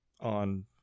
on